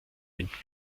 mit